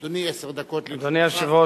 אדוני, עשר דקות לרשותך.